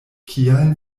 kial